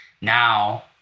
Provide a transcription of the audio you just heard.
now